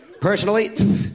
Personally